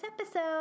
episode